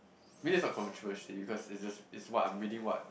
maybe it's a controversy because it's just is what I'm reading what